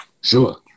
Sure